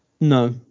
no